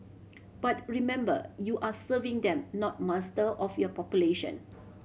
but remember you are serving them not master of your population